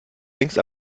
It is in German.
längst